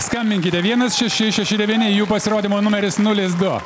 skambinkite vienas šeši šeši devyni jų pasirodymo numeris nulis du